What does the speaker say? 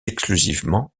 exclusivement